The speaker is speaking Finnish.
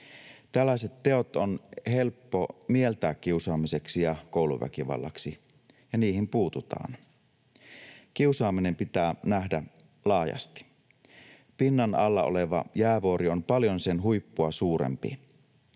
Tällaiset teot on helppo mieltää kiusaamiseksi ja kouluväkivallaksi, ja niihin puututaan. Kiusaaminen pitää nähdä laajasti. Pinnan alla oleva jäävuori on paljon sen huippua suurempi.